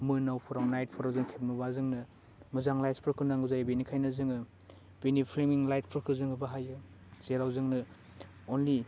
मोनाफोराव नाइटफोराव जों खेबनोबा जोंनो मोजां लाइ्त्सफोरखौ नांगौ जायो बेनिखाइनो जोङो बिनि फ्लेनिं लाइटफोरखौ जोङो बाहायो जेराव जोंनो अनलि